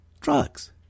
drugs